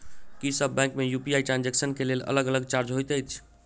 की सब बैंक मे UPI transaction केँ लेल अलग चार्ज होइत अछि?